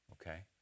okay